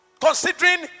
considering